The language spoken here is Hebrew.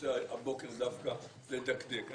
רוצה הבוקר דווקא לדקדק.